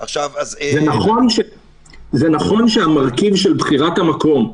זה נכון שהמרכיב של בחירת המקום,